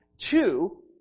Two